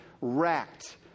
wrecked